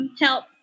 help